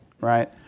right